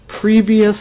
previous